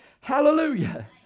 Hallelujah